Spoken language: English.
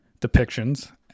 depictions